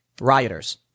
rioters